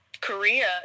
Korea